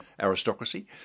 aristocracy